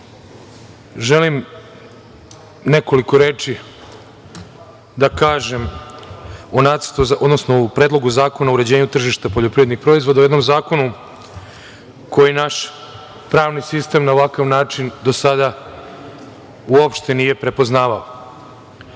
želim nekoliko reči da kažem o Predlogu zakona o uređenju tržišta poljoprivrednih proizvoda, o jednom zakonu koji naš pravni sistem na ovakav način do sada uopšte nije prepoznavao. Do